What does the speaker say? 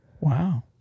Wow